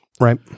Right